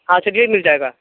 हाँ चलिए मिल जाएगा